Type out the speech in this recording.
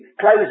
close